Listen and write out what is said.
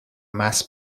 mass